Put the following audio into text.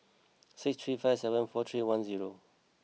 six three five seven four three one zero